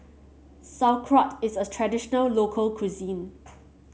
sauerkraut is a traditional local cuisine